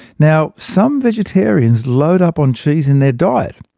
now some vegetarians load up on cheese in their diet.